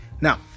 now